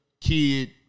kid